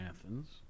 Athens